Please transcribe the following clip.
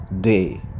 day